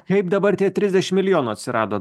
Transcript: kaip dabar tie trisdešim milijonų atsirado